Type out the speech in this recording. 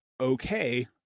okay